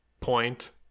point